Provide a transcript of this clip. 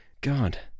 God